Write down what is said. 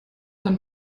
dann